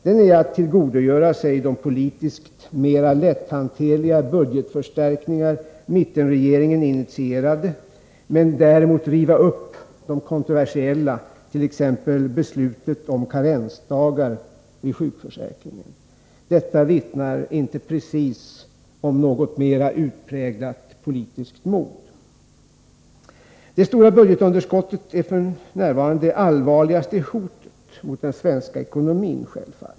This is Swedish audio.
Den är att tillgodogöra sig de politiskt mera lätthanterliga budgetförstärkningar som mittenregeringen initierade men däremot riva upp de kontroversiella, t.ex. beslutet om karensdagar vid sjukförsäkringen. Detta vittnar inte precis om något utpräglat politiskt mod. Det stora budgetunderskottet är f.n. självfallet det allvarligaste hotet mot den svenska ekonomin.